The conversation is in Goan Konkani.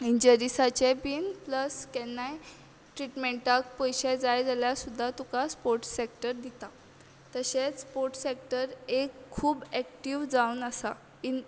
इंजरीसाचे बीन प्लस केन्नाय ट्रिटमँटाक पयशे जाय जाल्या सुद्दां तुका स्पोर्ट्स सॅक्टर दिता तशेंच स्पोर्ट्स सॅक्टर एक खूब एक्टीव जावन आसा ईन